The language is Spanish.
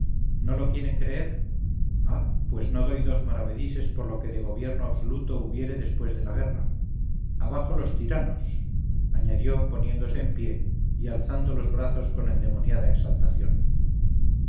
no lo quieren creer ah pues no doy dos maravedises por lo que de gobierno absoluto hubiere después de la guerra abajo los tiranos añadió poniéndose en pie y alzando los brazos con endemoniada exaltación